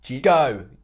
Go